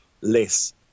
less